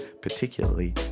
particularly